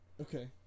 Okay